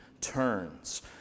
turns